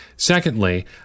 Secondly